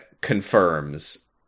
confirms